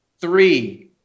Three